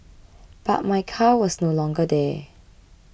but my car was no longer there